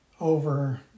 over